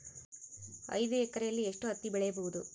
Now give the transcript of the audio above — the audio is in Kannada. ಐದು ಎಕರೆಯಲ್ಲಿ ಎಷ್ಟು ಹತ್ತಿ ಬೆಳೆಯಬಹುದು?